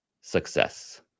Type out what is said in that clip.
success